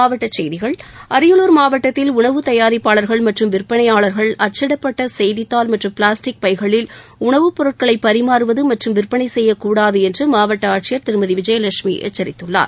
மாவட்டச் செய்திகள் அரியலூர் மாவட்டத்தில் உணவு தயாரிப்பாளர்கள் மற்றும் விற்பனையாளர்கள் அச்சிடப்பட்ட செய்தித்தாள் மற்றும் பிளாஸ்டிக் பைகளில் உணவுப் பொருட்களை பரிமாறுவது மற்றும் விற்பனை செய்யக்கூடாது என்று மாவட்ட ஆட்சியர் திருமதி விஜயலஷ்மி எச்சரித்துள்ளார்